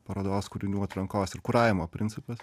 parodos kūrinių atrankos ir kuravimo principas